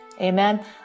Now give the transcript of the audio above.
Amen